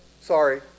Sorry